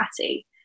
Patty